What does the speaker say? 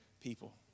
people